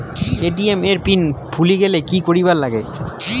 ATM এর PIN ভুলি গেলে কি করিবার লাগবে?